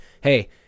hey